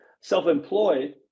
Self-employed